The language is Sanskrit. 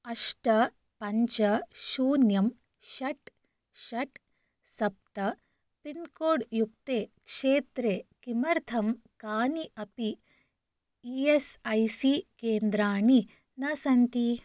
अष्ट पञ्च शून्यं षट् षट् सप्त पिन्कोड् युक्ते क्षेत्रे किमर्थं कानि अपि ई एस् ऐ सी केन्द्राणि न सन्ति